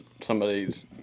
somebody's